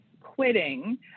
quitting